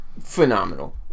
phenomenal